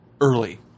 Early